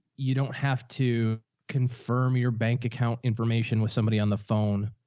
you don't have to confirm your bank account information with somebody on the phone.